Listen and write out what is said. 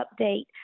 update